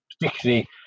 particularly